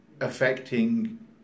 affecting